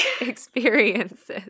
experiences